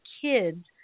kids